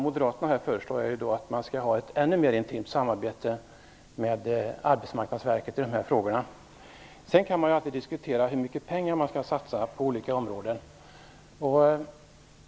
Moderaterna föreslår att man skall ha ett ännu mer intimt samarbete med Arbetsmarknadsverket i dessa frågor. Man kan alltid diskutera hur mycket pengar som skall satsas på olika områden.